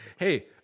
Hey